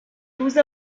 روز